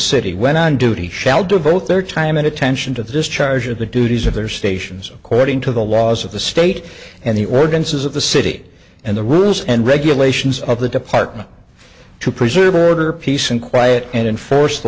city when on duty shall devote their time and attention to the discharge of the duties of their stations according to the laws of the state and the organs of the city and the rules and regulations of the department to preserve order peace and quiet and enforce the